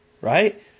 right